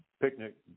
picnic